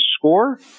score